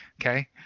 okay